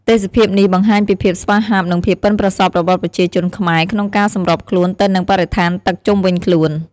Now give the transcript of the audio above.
ទេសភាពនេះបង្ហាញពីភាពស្វាហាប់ និងភាពប៉ិនប្រសប់របស់ប្រជាជនខ្មែរក្នុងការសម្របខ្លួនទៅនឹងបរិស្ថានទឹកជុំវិញខ្លួន។